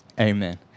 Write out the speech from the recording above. Amen